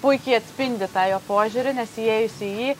puikiai atspindi tą jo požiūrį nes įėjus į jį